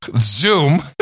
zoom